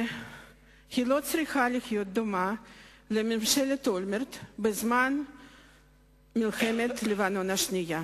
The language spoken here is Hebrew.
שהיא לא צריכה להיות דומה לממשלת אולמרט בזמן מלחמת לבנון השנייה.